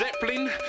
Zeppelin